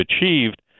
achieved